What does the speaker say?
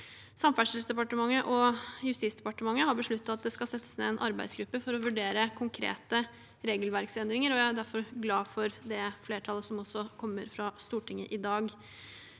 Samferdselsdepartementet og Justisdepartementet har besluttet at det skal settes ned en arbeidsgruppe for å vurdere konkrete regelverksendringer. Jeg er derfor glad for det flertallsvedtaket som vil komme fra Stortinget i dag.